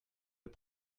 les